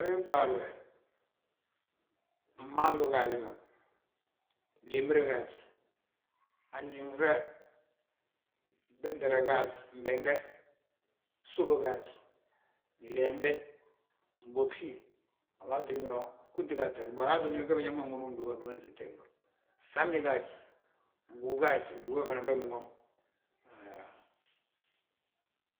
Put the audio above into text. Wii ɓaali we mmaangu gaaji ma, blimbir gaaj, a fnjiŋni fe, bwentele gaaj mbentde, gsubi gaaj, gleende, mbogsi, a waatin yo, bari ge biñaŋ nwomi gdúba, gima nsiten bo, fŧabñi gaaj, mbúw gaaj, mbúw be fana be binwomi haa;